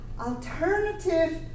alternative